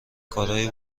کارهای